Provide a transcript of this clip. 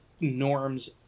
norms